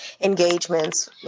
engagements